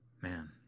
Man